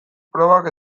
probak